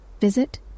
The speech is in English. Visit